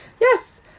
Yes